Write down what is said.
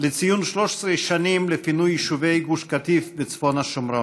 ציון 13 שנים מאז הגירוש מגוש קטיף וצפון השומרון,